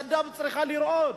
ידיו צריכות לרעוד,